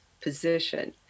position